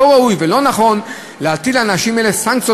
לא ראוי ולא נכון להטיל על אנשים אלה סנקציות